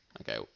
Okay